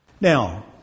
Now